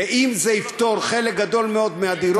ואם זה יפתור חלק גדול מבעיית הדירות,